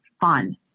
fun